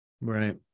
Right